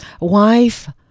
Wife